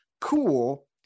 Cool